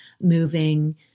moving